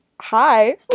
Hi